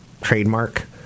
trademark